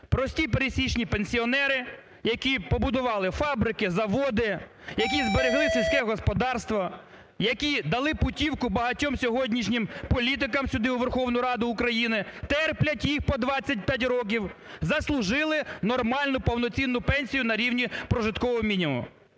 Прості пересічні пенсіонери, які побудували фабрики, заводи, які зберегли сільське господарство, які дали путівку багатьом сьогоднішнім політикам сюди у Верховну Раду України терплять їх по 25 років заслужили нормальну повноцінну пенсію на рівні прожиткового мінімуму.